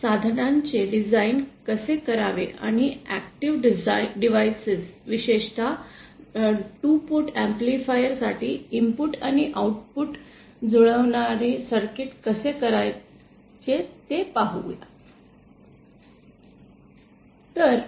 तर या साधनांचे डिझाइन कसे करावे आणि ऐक्टिव डिव्हाइस विशेषतः 2 पोर्ट एम्पलीफायर साठी इनपुट आणि आउटपुट जुळणारे सर्किट कसे करायचे ते पाहूया